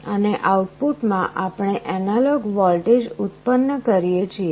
અને આઉટપુટમાં આપણે એનાલોગ વોલ્ટેજ ઉત્પન્ન કરીએ છીએ